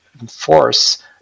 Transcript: enforce